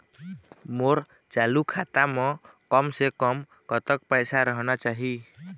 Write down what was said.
मोर चालू खाता म कम से कम कतक पैसा रहना चाही?